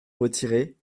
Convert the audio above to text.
retiré